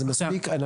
זה מספיק,